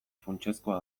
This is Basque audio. funtsezkoa